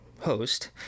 host